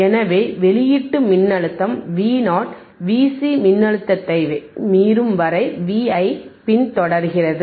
எனவே வெளியீட்டு மின்னழுத்தம் Vo Vc மின்னழுத்தத்தை ஐ மீறும் வரை Vi ஐப் பின்தொடர்கிறது